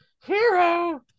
hero